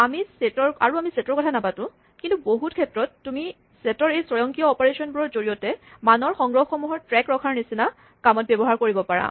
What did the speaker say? আমি আৰু ছেটৰ কথা নাপাতো কিন্তু বহুত ক্ষেত্ৰত তুমি ছেটৰ এই স্বয়ংক্ৰিয় অপাৰেচনবোৰৰ জৰিয়তে মানৰ সংগ্ৰহসমূহৰ ট্ৰেক ৰখাৰ নিচিনা কামত ব্যৱহাৰ কৰিব পাৰিবা